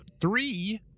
three